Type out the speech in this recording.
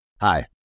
Hi